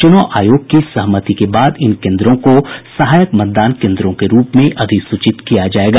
चुनाव आयोग की सहमति के बाद इन केन्द्रों को सहायक मतदान केन्द्रों के रूप में अधिसूचित किया जायेगा